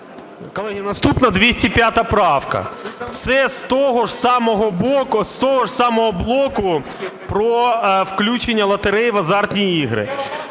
Колеги, наступна 205 правка. Це з того ж самого блоку про включення лотереї в азартні ігри.